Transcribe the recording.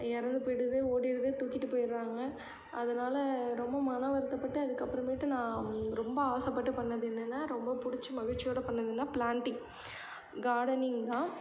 இறந்து போயிடுது ஓடிடுது தூக்கிட்டுப் போய்டுறாங்க அதனால் ரொம்ப மன வருத்தப்பட்டு அதுக்கு அப்புறமேட்டு நான் ரொம்ப ஆசைப்பட்டு பண்ணுணது என்னென்னா ரொம்ப புடிச்சு மகிழ்ச்சியோடு பண்ணிணதுன்னா பிளாண்ட்டிங் கார்டனிங்தான்